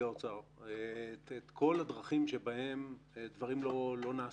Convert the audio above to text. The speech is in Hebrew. האוצר את כל הדרכים שבהן דרכים לא נעשים.